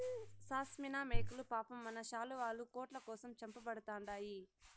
షాస్మినా మేకలు పాపం మన శాలువాలు, కోట్ల కోసం చంపబడతండాయి